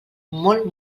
molt